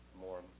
more